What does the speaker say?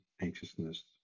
anxiousness